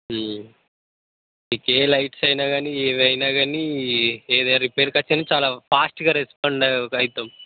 మీకు ఏ లైట్స్ అయినా గానీ ఏవైనా గానీ ఏదైనా రిపేర్కొచ్చినా చాలా ఫాస్ట్గా రెస్పాండ్ అవుతాం